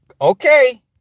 Okay